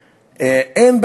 אין.